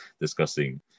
discussing